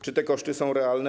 Czy te koszty są realne?